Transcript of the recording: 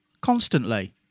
Constantly